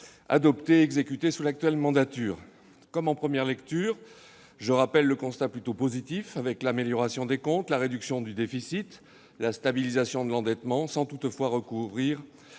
adopté et exécuté sous l'actuelle mandature. Comme en première lecture, je rappelle le constat plutôt positif : amélioration des comptes, réduction du déficit, stabilisation de l'endettement, sans toutefois recourir